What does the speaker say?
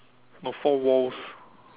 no four wall